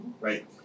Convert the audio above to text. right